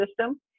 system